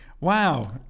wow